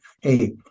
hey